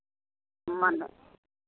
ᱢᱟᱱᱟ